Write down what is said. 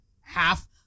Half